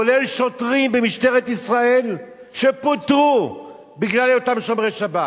כולל שוטרים במשטרת ישראל שפוטרו בגלל היותם שומרי שבת,